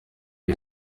iyo